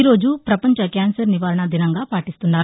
ఈరోజు పపంచ క్యాన్సర్ నివారణా దినంగా పాటిస్తున్నారు